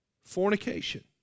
fornication